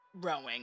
rowing